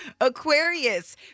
Aquarius